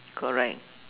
correct